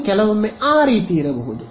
ಇದು ಕೆಲವೊಮ್ಮೆ ಆ ರೀತಿ ಇರಬಹುದು